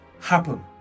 happen